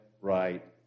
right